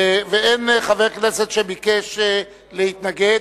ואין חבר כנסת שביקש להתנגד.